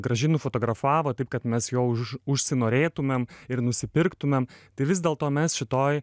gražiai nufotografavo taip kad mes jo už užsinorėtumėm ir nusipirktumėm tai vis dėl to mes šitoj